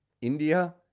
India